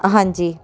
ਹਾਂਜੀ